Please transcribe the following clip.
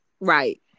Right